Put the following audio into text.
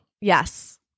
Yes